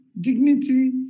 dignity